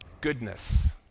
Goodness